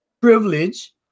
privilege